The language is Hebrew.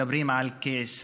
מדברים על כ-20%,